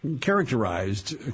characterized